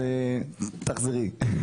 אז תחזרי.